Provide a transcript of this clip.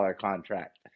contract